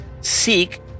seek